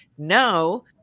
No